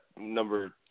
number